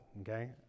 okay